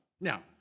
Now